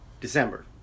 December